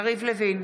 יריב לוין,